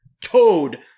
Toad